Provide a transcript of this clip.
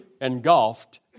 engulfed